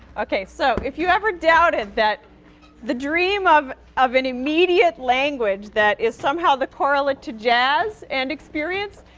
okay. so, if you ever doubted that the dream of of an immediate language that is somehow the correlate to jazz and experience,